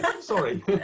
Sorry